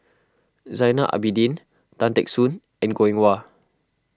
Zainal Abidin Tan Teck Soon and Goh Eng Wah